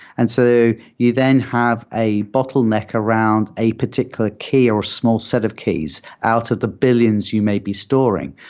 and so you then have a bottleneck around a particular key or a small set of keys out of the billions you may be storing.